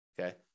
okay